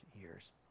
years